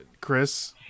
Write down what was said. Chris